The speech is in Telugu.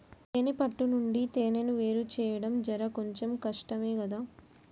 తేనే పట్టు నుండి తేనెను వేరుచేయడం జర కొంచెం కష్టమే గదా